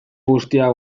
guztiak